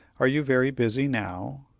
are you very busy now?